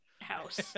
house